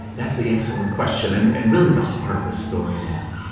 that's the excellent question, and and really the heart of the story now.